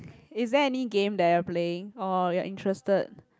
is there any game that you're playing or you're interested